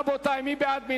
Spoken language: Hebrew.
רבותי, מי בעד?